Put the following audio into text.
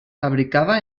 fabricava